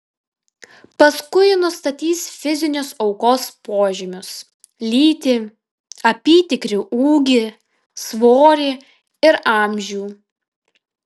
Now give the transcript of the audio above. paskui nustatys fizinius aukos požymius lytį apytikrį ūgį svorį ir amžių